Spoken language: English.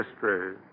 history